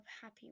happy